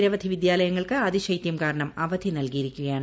നിരവധി വിദ്യാലയങ്ങൾക്ക് അതിശൈത്യം കാരണം അവധി നൽകിയിരിക്കുകയാണ്